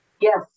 Yes